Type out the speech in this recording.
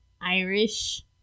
Irish